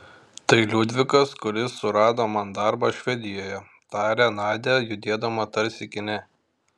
tai liudvikas kuris surado man darbą švedijoje tarė nadia judėdama tarsi kine